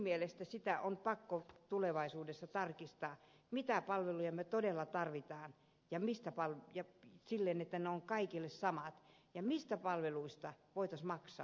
minunkin mielestäni on pakko tulevaisuudessa tarkistaa mitä palveluja me todella tarvitsemme ja että ne ovat kaikille samat ja mistä palveluista voitaisiin maksaa